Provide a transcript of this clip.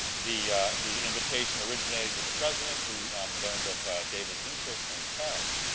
the the invitation originated with the president who learned of david's interest from his parents.